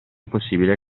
possibile